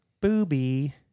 booby